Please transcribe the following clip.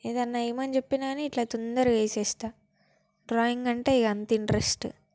ఏదన్నా వేయమని చెప్పిన నాకు ఇట్లా తొందరగా వేసేస్తాను డ్రాయింగ్ అంటే ఇక అంత ఇంట్రెస్టు